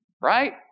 right